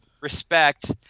respect